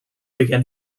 began